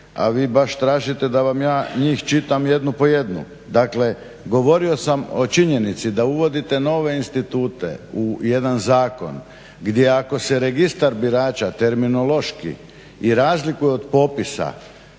a vi baš tražite da vam ja njih čitam jednu po jednu. Dakle, govorio sam o činjenici da uvodite nove institute u jedan zakon gdje ako se registar birača terminološki i razlikuje od popisa,